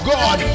God